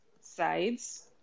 sides